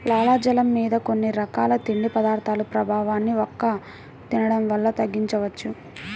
లాలాజలం మీద కొన్ని రకాల తిండి పదార్థాల ప్రభావాన్ని వక్క తినడం వల్ల తగ్గించవచ్చు